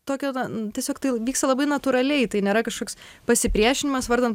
tokio na tiesiog tai vyksta labai natūraliai tai nėra kažkoks pasipriešinimas vardan